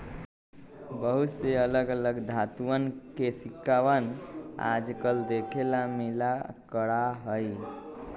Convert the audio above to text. बहुत से अलग अलग धातुंअन के सिक्कवन आजकल देखे ला मिला करा हई